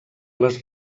les